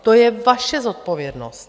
To je vaše zodpovědnost.